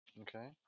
Okay